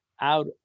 out